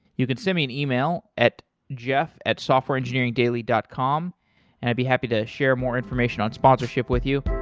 you could send me an email at jeff at softwareengineeringdaily dot com and i'd be happy to share more information on sponsorship with you.